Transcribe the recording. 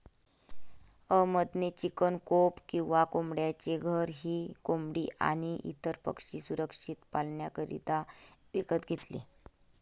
अहमद ने chicken coop किंवा कोंबड्यांचे घर ही कोंबडी आणी इतर पक्षी सुरक्षित पाल्ण्याकरिता विकत घेतले